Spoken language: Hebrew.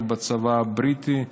ובצבא הבריטי,